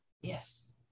Yes